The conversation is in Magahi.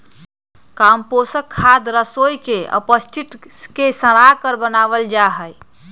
कम्पोस्ट खाद रसोई के अपशिष्ट के सड़ाकर बनावल जा हई